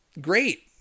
great